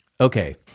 Okay